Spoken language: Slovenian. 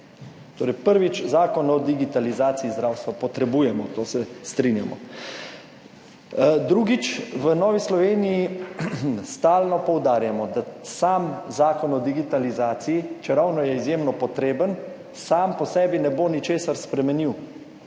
Torej, prvič, Zakon o digitalizaciji zdravstva potrebujemo, s tem se strinjamo. Drugič, v Novi Sloveniji stalno poudarjamo, da Zakon o digitalizaciji, čeravno je izjemno potreben, sam po sebi ne bo ničesar spremenil.